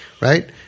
Right